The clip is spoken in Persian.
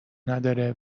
نداره